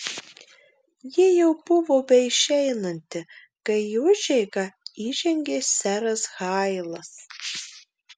ji jau buvo beišeinanti kai į užeigą įžengė seras hailas